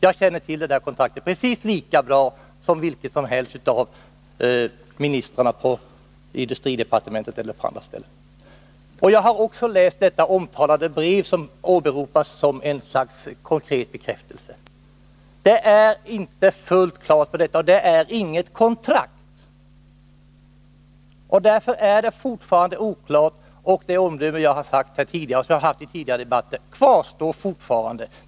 Jag känner till kontraktet precis lika bra som vem som helst av ministrarna, på industridepartementet och på andra ställen. Jag har också läst det omtalade brevet, som åberopas som ett slags konkret bekräftelse. Men det är inget kontrakt, och därför är det hela fortfarande oklart. Det omdöme som jag har framfört i tidigare debatter kvarstår.